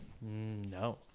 no